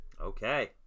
Okay